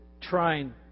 trying